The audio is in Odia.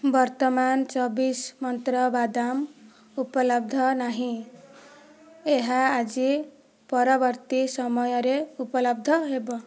ବର୍ତ୍ତମାନ ଚବିଶି ମନ୍ତ୍ର ବାଦାମ ଉପଲବ୍ଧ ନାହିଁ ଏହା ଆଜି ପରବର୍ତ୍ତୀ ସମୟରେ ଉପଲବ୍ଧ ହେବ